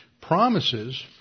promises